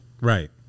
Right